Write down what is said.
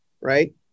right